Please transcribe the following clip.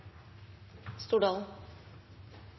sto